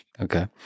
Okay